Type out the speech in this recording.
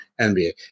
NBA